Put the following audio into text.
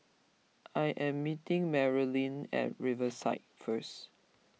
I am meeting Marilynn at Riverside first